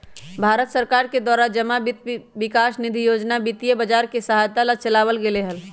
भारत सरकार के द्वारा जमा वित्त विकास निधि योजना वित्तीय बाजार के सहायता ला चलावल गयले हल